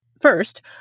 first